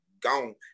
gone